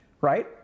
Right